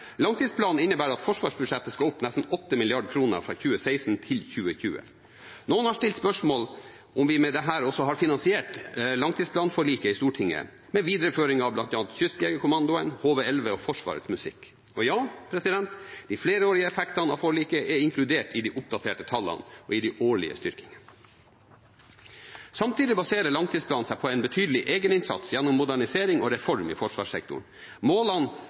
Langtidsplanen innebærer at forsvarsbudsjettet skal opp nesten 8 mrd. kr. fra 2016 til 2020. Noen har stilt spørsmål om vi med dette også har finansiert langtidsplanforliket i Stortinget, med videreføringen av bl.a. Kystjegerkommandoen, HV-11 og Forsvarets musikk. Og ja, de flerårige effektene av forliket er inkludert i de oppdaterte tallene og i de årlige styrkingene. Samtidig baserer langtidsplanen seg på en betydelig egeninnsats gjennom modernisering og reform i forsvarssektoren. Målene